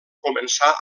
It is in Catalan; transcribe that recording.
començar